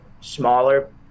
smaller